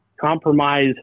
compromise